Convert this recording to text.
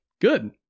Good